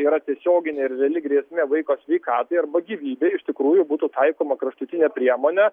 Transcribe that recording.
yra tiesioginė reali grėsmė vaiko sveikatai arba gyvybei iš tikrųjų būtų taikoma kraštutinė priemonė